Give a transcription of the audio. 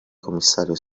commissario